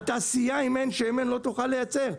התעשייה אם אין שמן לא תוכל לייצר,